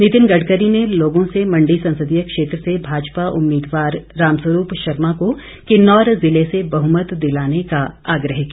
नितिन गडकरी ने लोगों से मंडी संसदीय क्षेत्र से भाजपा उम्मीदवार रामस्वरूप शर्मो को किन्नौर ज़िले से बहुमत दिलाने का आग्रह किया